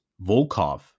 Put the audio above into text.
Volkov